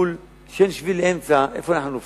שאין שביל אמצע איפה אנחנו נופלים.